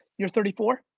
you're thirty four?